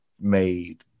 made